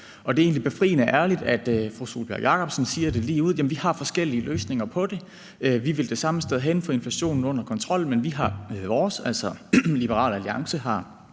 Det er egentlig befriende ærligt, at fru Sólbjørg Jakobsen siger ligeud: Jamen vi har forskellige løsninger på det; vi vil det samme sted hen og få inflationen under kontrol, men vi har vores – altså Liberal Alliance